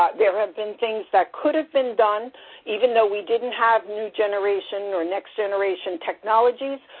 ah there have been things that could have been done even though we didn't have new generation or next generation technologies,